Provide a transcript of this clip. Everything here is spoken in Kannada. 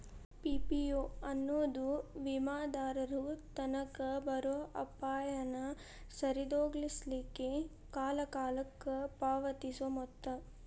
ಪಿ.ಪಿ.ಓ ಎನ್ನೊದು ವಿಮಾದಾರರು ತನಗ್ ಬರೊ ಅಪಾಯಾನ ಸರಿದೋಗಿಸ್ಲಿಕ್ಕೆ ಕಾಲಕಾಲಕ್ಕ ಪಾವತಿಸೊ ಮೊತ್ತ